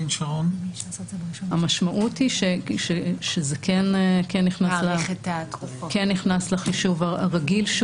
המשמעות היא שזה כן נכנס לחישוב הרגיל.